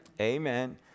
Amen